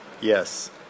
Yes